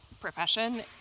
profession